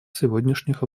сегодняшних